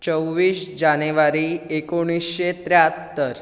चोव्वीस जानेवारी एकुणीशें त्र्यात्तर